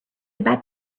about